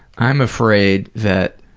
i'm afraid that,